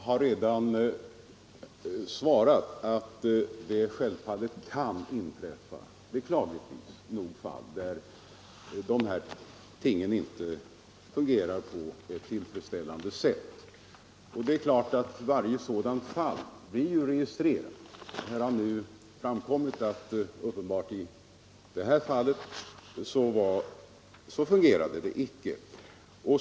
Herr talman! Jag har redan svarat att det beklagligtvis kan inträffa fall där underrättelsen till anhöriga inte fungerar tillfredsställande. Sådana fall blir naturligtvis observerade. Här har nu framkommit att i det fall som herr Sellgren relaterade fungerade den inte.